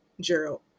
Gerald